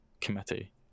committee